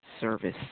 service